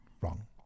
Wrong